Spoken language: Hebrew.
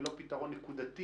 ולא פתרון נקודתי.